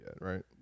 right